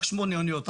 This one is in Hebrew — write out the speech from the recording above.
רק שמונה אוניות,